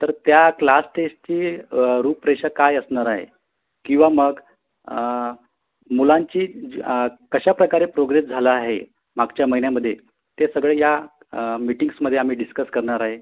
तर त्या क्लासटेस्टची रूपरेषा काय असणार आहे किंवा मग मुलांची जी कशाप्रकारे प्रोग्रेस झाला आहे मागच्या महिन्यामध्ये ते सगळे या मिटींग्समध्ये आम्ही डिस्कस करणार आहे